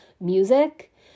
music